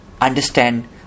understand